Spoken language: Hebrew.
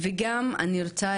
ואני רוצה